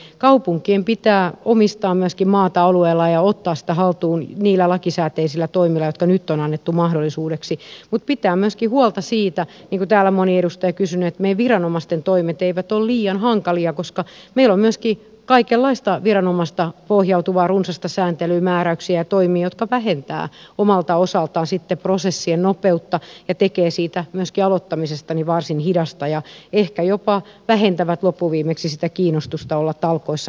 eli kaupun kien pitää omistaa myöskin maata alueella ja ottaa sitä haltuun niillä lakisääteisillä toimilla jotka nyt on annettu mahdollisuudeksi mutta pitää myöskin huolta siitä niin kuin täällä on moni edustaja kysynyt että meidän viranomaisten toimet eivät ole liian hankalia koska meillä on myöskin kaikenlaista viranomaisiin liittyvää runsasta sääntelyä määräyksiä ja toimia jotka vähentävät omalta osaltaan sitten prosessien no peutta ja tekevät myöskin aloittamisesta varsin hidasta ja ehkä jopa vähentävät loppuviimeksi sitä kiinnostusta olla talkoissa mukana